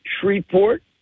Shreveport